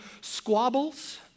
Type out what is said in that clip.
squabbles